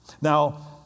Now